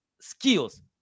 skills